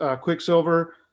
Quicksilver